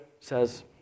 says